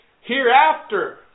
hereafter